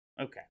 okay